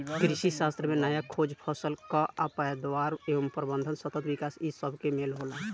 कृषिशास्त्र में नया खोज, फसल कअ पैदावार एवं प्रबंधन, सतत विकास इ सबके मेल होला